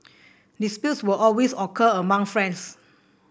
disputes will always occur among friends